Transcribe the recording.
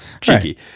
cheeky